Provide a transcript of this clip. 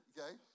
Okay